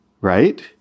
Right